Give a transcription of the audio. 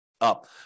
up